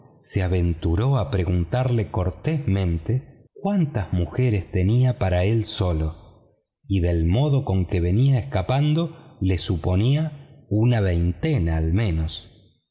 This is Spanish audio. se aventuró a preguntarle cortésmente cuántas mujeres tenía para él solo y del modo con que venía escapado le suponía una veintena al menos